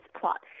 plot